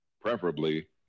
preferably